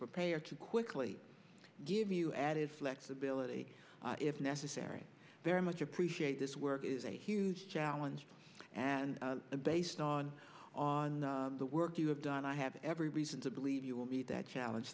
prepared to quickly give you added flexibility if necessary very much appreciate this work is a huge challenge and based on the work you have done i have every reason to believe you will meet that challenge